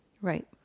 Right